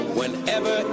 whenever